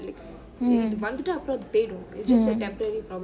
mm mm